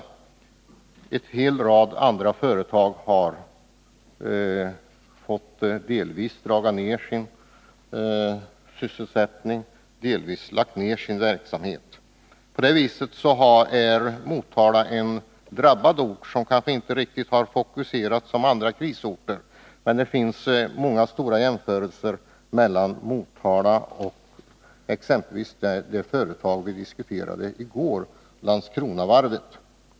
Också en hel rad andra företag har tvingats att delvis minska sysselsättningen eller lägga ned sin verksamhet. På det viset kan man säga att Motala är en drabbad ort som kanske inte riktigt har fokuserats på samma sätt som andra krisorter. Det finns många stora likheter mellan företagen i Motala och exempelvis det företag som vi diskuterade i går, nämligen Landskronavarvet.